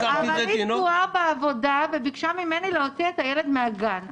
השכנה תקועה בעבודה וביקשה ממני להוציא את הילד מן הגן.